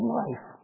life